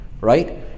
Right